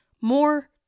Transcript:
more